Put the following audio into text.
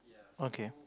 okay